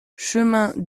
chemin